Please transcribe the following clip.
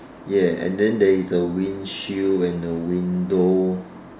ya and then there is a windshield and a window